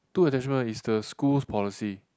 two attachment is the school's policy